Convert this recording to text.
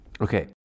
Okay